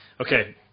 Okay